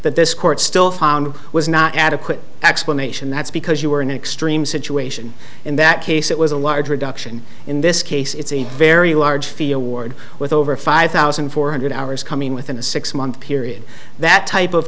this court still found was not adequate explanation that's because you were in an extreme situation in that case it was a large reduction in this case it's a very large field ward with over five thousand four hundred hours coming within a six month period that type of